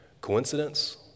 Coincidence